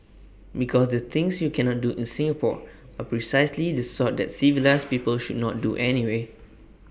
because the things you cannot do in Singapore are precisely the sort that civilised people should not do anyway